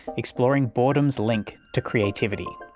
exploring boredom's link to creativity.